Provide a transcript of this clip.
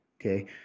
Okay